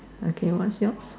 okay what's your